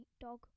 dog